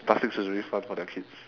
plastic surgery fund for their kids